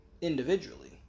individually